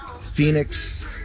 phoenix